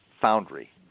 foundry